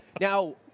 Now